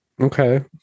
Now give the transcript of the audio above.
Okay